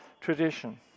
tradition